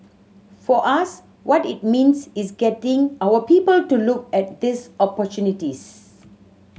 for us what it means is getting our people to look at these opportunities